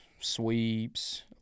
sweeps